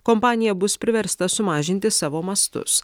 kompanija bus priversta sumažinti savo mastus